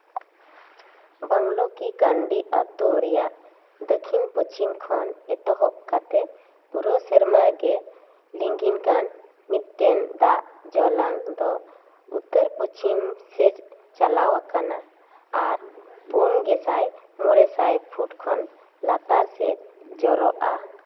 ᱵᱟᱝᱞᱳ ᱠᱤ ᱠᱟᱹᱱᱰᱤ ᱟᱛᱳ ᱨᱮᱭᱟᱜ ᱫᱟᱠᱷᱤᱱ ᱯᱚᱪᱷᱤᱢ ᱠᱷᱚᱱ ᱮᱛᱚᱦᱚᱵ ᱠᱟᱛᱮ ᱯᱩᱨᱟᱹᱣ ᱥᱮᱨᱢᱟ ᱜᱮ ᱞᱤᱸᱜᱤᱱ ᱠᱟᱱ ᱢᱤᱫᱴᱮᱱ ᱫᱟᱜ ᱡᱚᱞᱟᱝ ᱫᱚ ᱩᱛᱟᱹᱨ ᱯᱚᱪᱷᱤᱢ ᱥᱮᱡ ᱪᱟᱞᱟᱣ ᱟᱠᱟᱱᱟ ᱟᱨ ᱯᱩᱱ ᱜᱮᱥᱟᱭ ᱢᱚᱬᱮ ᱥᱟᱭ ᱯᱷᱩᱴ ᱠᱷᱚᱱ ᱞᱟᱛᱟᱨ ᱥᱮᱡ ᱡᱚᱨᱚᱜᱼᱟ